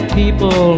people